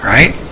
Right